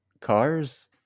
cars